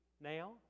now